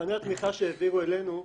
מבחני התמיכה שהעבירו אלינו,